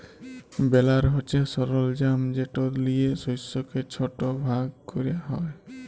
বেলার হছে সরলজাম যেট লিয়ে শস্যকে ছট ভাগ ক্যরা হ্যয়